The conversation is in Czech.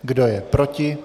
Kdo je proti?